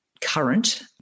current